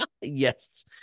Yes